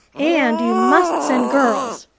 and you must send girls,